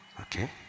Okay